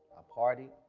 ah partied.